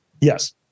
Yes